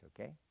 okay